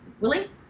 Willie